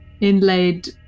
inlaid